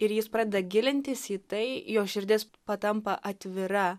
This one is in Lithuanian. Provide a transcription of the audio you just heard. ir jis pradeda gilintis į tai jo širdis patampa atvira